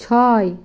ছয়